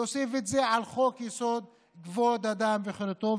להוסיף את זה לחוק-יסוד: כבוד האדם וחירותו.